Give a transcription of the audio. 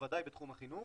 בוודאי בתחום החינוך,